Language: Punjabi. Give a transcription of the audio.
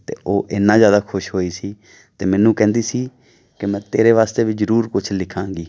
ਅਤੇ ਉਹ ਇੰਨਾ ਜ਼ਿਆਦਾ ਖੁਸ਼ ਹੋਈ ਸੀ ਅਤੇ ਮੈਨੂੰ ਕਹਿੰਦੀ ਸੀ ਕਿ ਮੈਂ ਤੇਰੇ ਵਾਸਤੇ ਵੀ ਜ਼ਰੂਰ ਕੁਛ ਲਿਖਾਂਗੀ